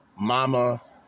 mama